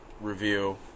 review